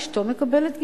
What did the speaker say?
אשתו מקבלת גמלה.